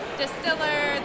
distiller